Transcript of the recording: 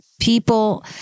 people